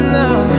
now